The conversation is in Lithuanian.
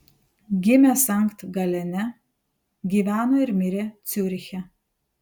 gimė sankt galene gyveno ir mirė ciuriche